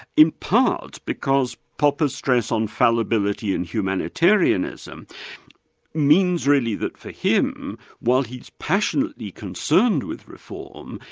in part because popper's stress on fallibility and humanitarianism means really that for him while he's passionately concerned with reform,